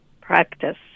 practice